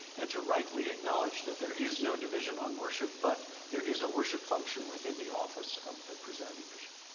and to rightly acknowledge that there is no division on worship but there is a worship function within the office of the presiding bishop.